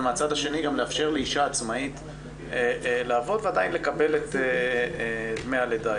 ומהצד השני גם לאפשר לאישה עצמאית לעבוד בבית ולקבל את דמי הלידה.